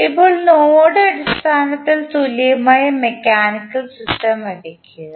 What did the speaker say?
ഇപ്പോൾ നോഡ് അടിസ്ഥാനത്തിൽ തുല്യമായ മെക്കാനിക്കൽ സിസ്റ്റം വരയ്ക്കുക